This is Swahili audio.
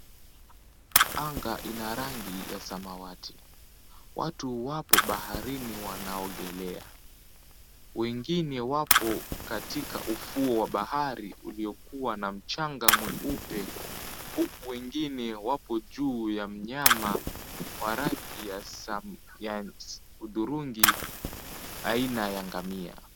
Anga ina rangi ya samawati. Watu wapo baharini wanaogelea, wengine wapo katika ufuo wa bahari uliokua na mchanga mweupe huku wengine wapo juu ya mnyama wa rangi ya hudhurungi aina ya ngamia.